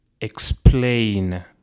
explain